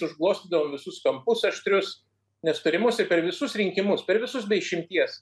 užglostydavo visus kampus aštrius nesutarimus ir per visus rinkimus per visus be išimties